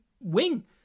wing